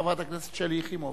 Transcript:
חברת הכנסת שלי יחימוביץ.